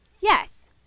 Yes